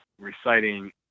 reciting